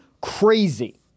crazy